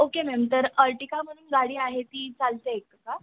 okay ma'am तर Ertiga म्हणून गाडी आहे ती चालते एक का